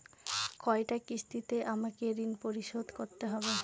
কয়টা কিস্তিতে আমাকে ঋণ পরিশোধ করতে হবে?